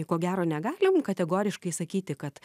ko gero negalim kategoriškai sakyti kad